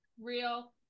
Real